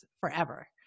forever